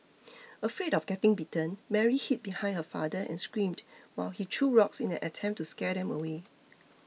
afraid of getting bitten Mary hid behind her father and screamed while he threw rocks in an attempt to scare them away